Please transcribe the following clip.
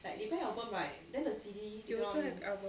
they also have album